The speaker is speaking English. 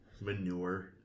Manure